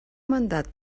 mandat